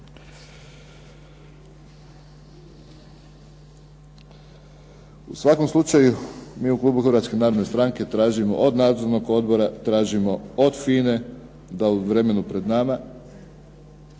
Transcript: U svakom slučaju mi u klubu Hrvatske narodne stranke tražimo od nadzornog odbora, tražimo od FINA-e da u vremenu pred nama,